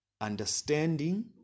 understanding